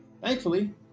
Thankfully